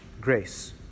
grace